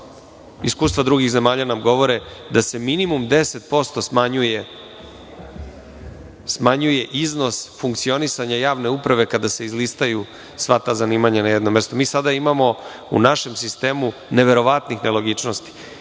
Iskustva drugih zemalja nam govore da se minimum 10% smanjuje iznos funkcionisanja javne uprave kada se izlistaju sva ta zanimanja na jednom mestu.U našem sistemu sada imamo neverovatnih nelogičnosti.